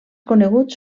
coneguts